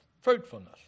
fruitfulness